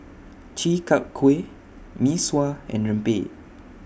Chi Kak Kuih Mee Sua and Rempeyek